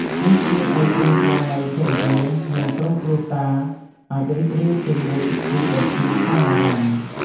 នេះជួយឲ្យគូស្វាមីភរិយា និងក្រុមគ្រួសារអាចរីករាយជាមួយពិធីដោយគ្មានការបារម្ភ។